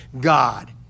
God